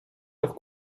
leur